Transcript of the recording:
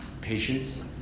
patience